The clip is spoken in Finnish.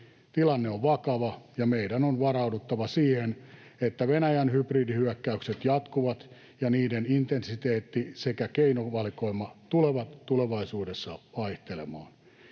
Tilanne on vakava, ja meidän on varauduttava siihen, että Venäjän hybridihyökkäykset jatkuvat ja niiden intensiteetti sekä keinovalikoima tulevat tulevaisuudessa vaihtelemaan.